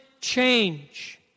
change